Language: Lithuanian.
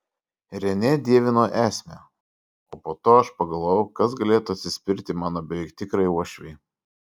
renė dievino esmę o po to aš pagalvojau kas galėtų atsispirti mano beveik tikrai uošvei